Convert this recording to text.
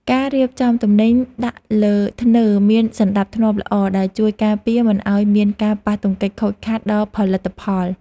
ការរៀបចំទំនិញដាក់លើធ្នើរមានសណ្តាប់ធ្នាប់ល្អដែលជួយការពារមិនឱ្យមានការប៉ះទង្គិចខូចខាតដល់ផលិតផល។